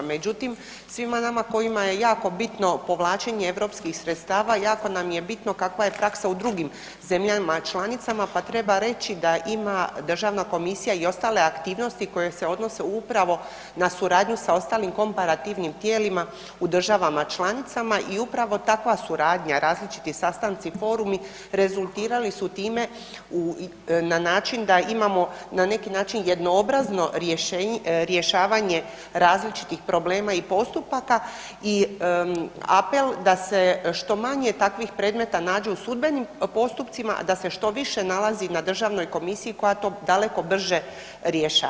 Međutim, svima nama kojima je jako bitno povlačenje europskih sredstava jako nam je bitno kakva je praksa u drugim zemljama članicama pa treba reći da ima državna komisija i ostale aktivnosti koje se odnose upravo na suradnju sa ostalim komparativnim tijelima u državama članicama i upravo takva suradnja, različiti sastanci, forumi rezultirali su time na način da imamo na neki način jednoobrazno rješavanje različitih problema i postupaka i apel da se što manje takvih predmeta nađe u sudbenim postupcima, a da se što više nalazi na državnoj komisiji koja to daleko brže rješava.